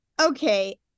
okay